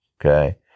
okay